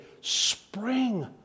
spring